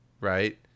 right